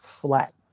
flat